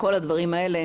כל הדברים האלה,